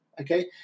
okay